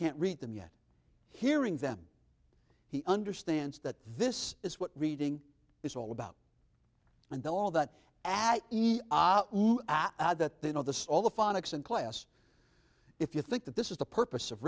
can't read them yet hearing them he understands that this is what reading is all about and all that and i mean that they know the all the phonics in class if you think that this is the purpose of